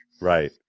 right